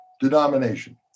denomination